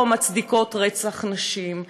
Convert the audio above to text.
או מצדיקות רצח נשים,